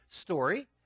story